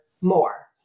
more